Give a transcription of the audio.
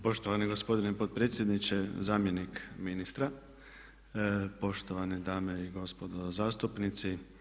Poštovani gospodine potpredsjedniče, zamjenik ministra, poštovane dame i gospodo zastupnici.